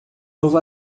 novo